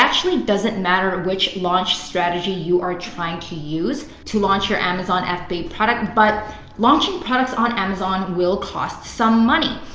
actually doesn't matter which launch strategy you are trying to use to launch your amazon fba product. but launching products on amazon will cost some money.